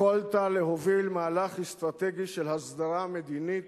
יכולת להוביל מהלך אסטרטגי של הסדרה מדינית